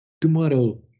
tomorrow